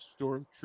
stormtrooper